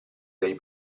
dei